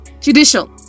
judicial